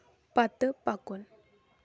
پتہٕ پکُن